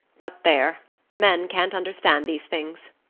but there men can't understand these things!